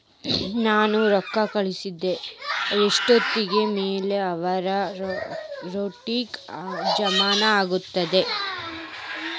ನಾವು ಕಳಿಸಿದ್ ರೊಕ್ಕ ಎಷ್ಟೋತ್ತಿನ ಮ್ಯಾಲೆ ಅವರ ಅಕೌಂಟಗ್ ಜಮಾ ಆಕ್ಕೈತ್ರಿ?